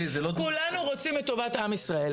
כולנו רוצים את טובת עם ישראל.